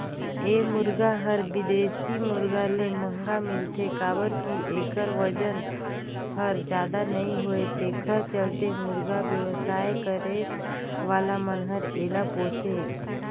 ए मुरगा हर बिदेशी मुरगा ले महंगा मिलथे काबर कि एखर बजन हर जादा नई होये तेखर चलते मुरगा बेवसाय करे वाला मन हर एला पोसे